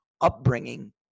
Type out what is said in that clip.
upbringing